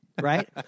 right